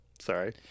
Sorry